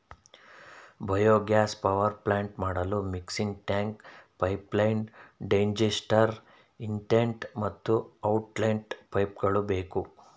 biogas power plant ಮಾಡಲು mixing tank, pipeline, digester, inlet ಮತ್ತು outlet ಪೈಪ್ಗಳು ಬೇಕು